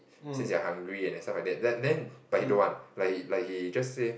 since you're hungry and then stuff like that but then but he don't want like he like he just say